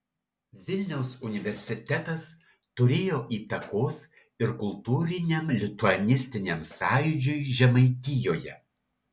vilniaus universitetas turėjo įtakos ir kultūriniam lituanistiniam sąjūdžiui žemaitijoje